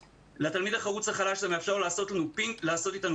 לתלמיד החרוץ החלש זה מאפשר לייצר איתנו